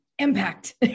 Impact